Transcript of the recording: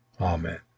Amen